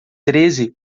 treze